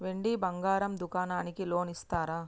వెండి బంగారం దుకాణానికి లోన్ ఇస్తారా?